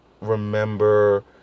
remember